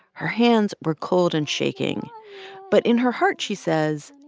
her hands were cold and shaking but in her heart, she says,